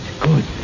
good